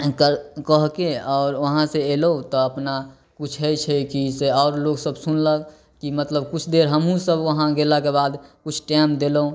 हिनकर कहके आओर वहाँ से एलहुॅं तऽ अपना किछु होइ छै की से आओर लोकसब सुनलक की मतलब किछु देर हमहुँ सब वहाँ गेलाके बाद किछु टाइम देलहुॅं